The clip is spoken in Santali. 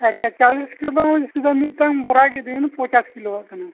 ᱟᱪᱪᱷᱟ ᱪᱟᱣᱞᱮ ᱢᱤᱫᱴᱟᱝ ᱵᱚᱨᱟ ᱜᱮ ᱤᱫᱤ ᱵᱤᱱ ᱯᱚᱧᱪᱟᱥ ᱠᱤᱞᱳᱣᱟᱜ ᱠᱟᱱᱟ